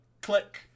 click